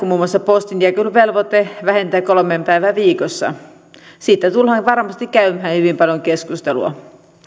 muun muassa siitä voidaanko postinjakeluvelvoite vähentää kolmeen päivään viikossa siitä tullaan varmasti käymään hyvin paljon keskustelua